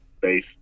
base